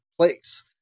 place